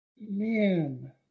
Man